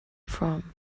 from